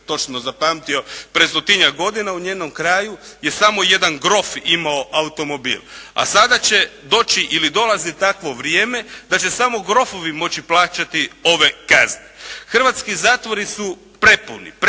točno zapamtio pred stotinjak godina u njenom kraju je samo jedan grof imao automobil, a sada će doći ili dolazi takvo vrijeme da će samo grofovi moći plaćati ove kazne. Hrvatski zatvori su prepuni, pretrpani.